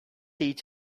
each